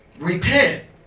repent